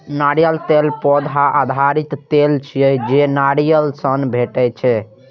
नारियल तेल पौधा आधारित तेल छियै, जे नारियल सं भेटै छै